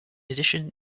addition